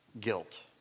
guilt